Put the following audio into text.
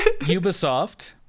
Ubisoft